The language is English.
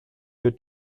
your